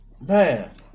man